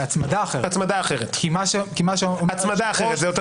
-- זאת הצמדה אחרת, כי היושב-ראש אומר שזה לא